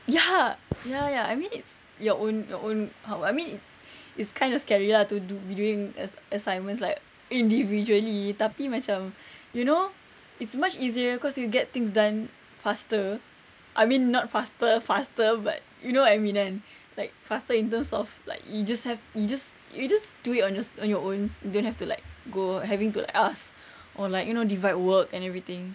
ya ya ya I mean it's your own your own uh I mean it's kind of scary lah to do be doing ass~ assignments like individually tapi macam you know it's much easier cause you get things done faster I mean not faster faster but you know what I mean kan like faster in terms of like you just have you just you just do it on do it on your own don't have to like go having to ask or like you know divide work and everything